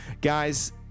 guys